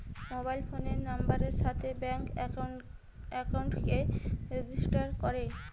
mobile ফোনের নাম্বারের সাথে ব্যাঙ্ক একাউন্টকে রেজিস্টার করে